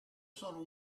sono